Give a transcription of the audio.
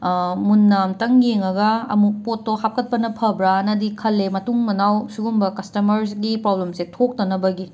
ꯃꯨꯟꯅ ꯑꯃꯨꯛꯇꯪ ꯌꯦꯡꯉꯒ ꯑꯃꯨꯛ ꯄꯣꯠꯇꯣ ꯍꯥꯞꯀꯠꯄꯅ ꯐꯕ꯭ꯔꯅꯗꯤ ꯈꯜꯂꯦ ꯃꯇꯨꯡ ꯃꯅꯥꯎ ꯁꯤꯒꯨꯝꯕ ꯀꯁꯇꯃꯔꯁꯤꯒꯤ ꯄ꯭ꯔꯣꯕ꯭ꯂꯦꯝꯁꯦ ꯊꯣꯛꯇꯅꯕꯒꯤ